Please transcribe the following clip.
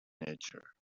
nature